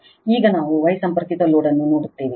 ಈಗ ನಾವು Y ಸಂಪರ್ಕಿತ ಲೋಡ್ ಅನ್ನು ನೋಡುತ್ತೇವೆ